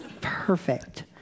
Perfect